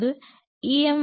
இப்போது ஈ